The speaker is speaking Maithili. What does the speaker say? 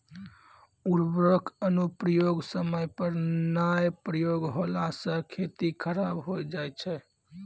उर्वरक अनुप्रयोग समय पर नाय प्रयोग होला से खेती खराब हो जाय छै